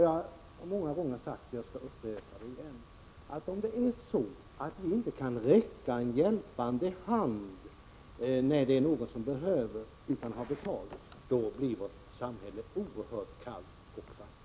Jag har många gånger sagt och kan upprepa det, att om det är så att vi inte kan räcka en hjälpande hand när det behövs utan att ta betalt, då blir vårt samhälle oerhört kallt och fattigt.